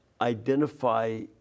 identify